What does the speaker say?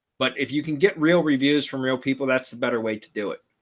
but if you can get real reviews from real people, that's the better way to do it.